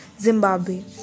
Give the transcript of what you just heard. Zimbabwe